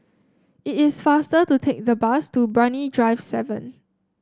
it is faster to take the bus to Brani Drive seven